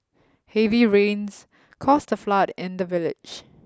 heavy rains caused a flood in the village